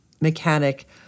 mechanic